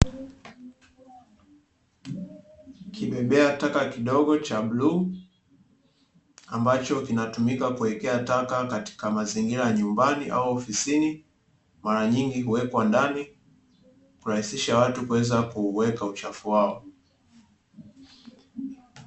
Kibebea taka kidogo cha bluu ambacho kinatumika kuwekea taka katika mazingira nyumbani au ofisini. Mara nyingi huwekwa ndani kurahisisha watu kuweza kuweka uchafu wao.